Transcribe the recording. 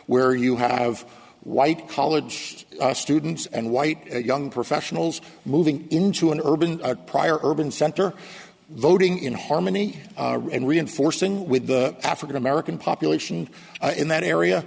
where you have white college students and white young professionals moving into an urban prior urban center voting in harmony and reinforcing with the african american population in that